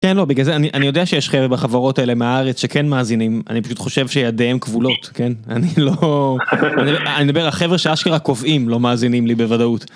כן, לא, בגלל זה אני אני יודע שיש חבר׳ה בחברות האלה מהארץ שכן מאזינים אני פשוט חושב שידיהם כבולות, כן? אני לא... אני מדבר... החבר׳ה שאשכרה קובעים לא מאזינים לי בוודאות.